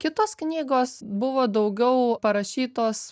kitos knygos buvo daugiau parašytos